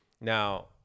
Now